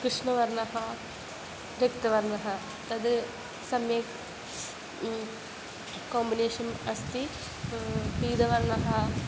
कृष्णवर्णः रक्तवर्णः तद् सम्यक् काम्बिनेशन् अस्ति पीतवर्णः